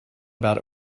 about